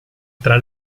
tra